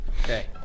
Okay